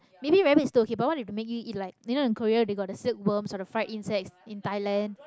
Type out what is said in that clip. maybe rabbit still okay but what if they make you eat like you know in Korea they got the silkworms or the friend insects in Thailand